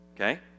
Okay